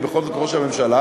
הוא בכלל ראש הממשלה,